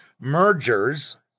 mergers